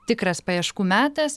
tikras paieškų metas